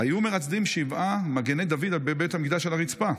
היו מרצדים שבעה מגני דוד בבית המקדש על הרצפה,